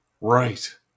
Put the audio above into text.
Right